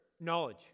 knowledge